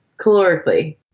calorically